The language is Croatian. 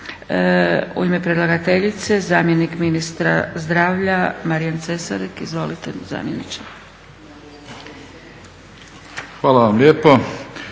U ime predlagateljice zamjenik ministra zdravlja Marijan Cesarik. Izvolite zamjeniče. **Cesarik,